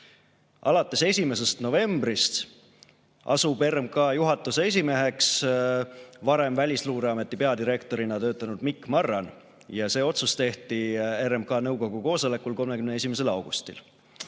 Alates 1. novembrist asub RMK juhatuse esimeheks varem Välisluureameti peadirektorina töötanud Mikk Marran. Ja see otsus tehti RMK nõukogu koosolekul 31. augustil.